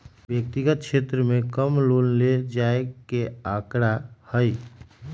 व्यक्तिगत क्षेत्र में कम लोन ले जाये के आंकडा हई